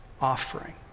offering